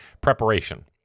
Preparation